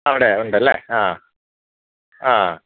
അവിടെ ഉണ്ടല്ലേ ആ ആ